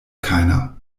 keiner